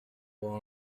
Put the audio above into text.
one